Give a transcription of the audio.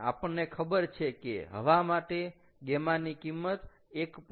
પણ આપણને ખબર છે કે હવા માટે γ ની કિંમત 1